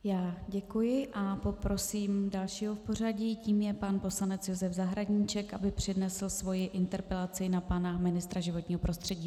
Já děkuji a poprosím dalšího v pořadí, tím je pan poslanec Josef Zahradníček, aby přednesl svoji interpelaci na pana ministra životního prostředí.